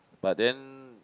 but then